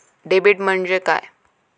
Debit म्हणजे काय?